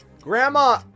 Grandma